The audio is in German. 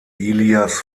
ilias